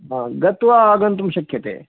गत्वा आगन्तुं शक्यते